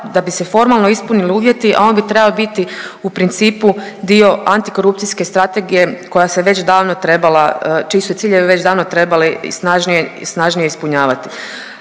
da bi se formalno ispunili uvjeti, a on bi trebao biti u principu dio antikorupcijske strategije koja se već davno trebala, čiji su